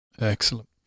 Excellent